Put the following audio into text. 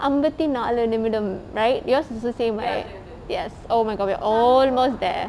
அம்பத்தி நாலு நிமிடம்:ambathi naalu nimidam right yours also same right yes oh my god we are almost there